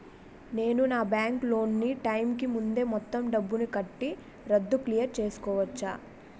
నేను నా bank loan నీ టైం కీ ముందే మొత్తం డబ్బుని కట్టి రద్దు క్లియర్ చేసుకోవచ్చా?